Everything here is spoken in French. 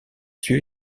suivi